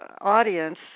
audience